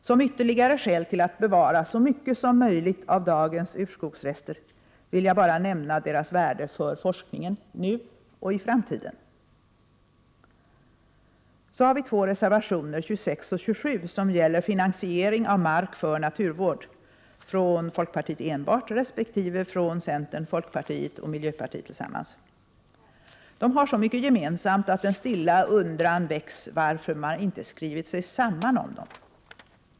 Som ytterligare skäl till att bevara så mycket som möjligt av dagens urskogsrester vill jag bara nämna deras värde för forskningen, nu och i framtiden. Så har vi två reservationer, 26 och 27, som gäller finansiering av mark för naturvård. De har avgivits av folkpartiet enbart, resp. centern, folkpartiet och miljöpartiet tillsammans. De har så mycket gemensamt att en stilla undran väcks om varför man inte skrivit sig samman om dem.